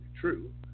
true